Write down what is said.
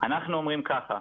אנחנו אומרים ככה,